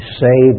say